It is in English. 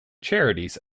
charities